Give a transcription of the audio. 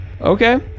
Okay